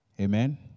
Amen